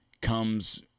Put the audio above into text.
comes